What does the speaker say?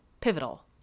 Pivotal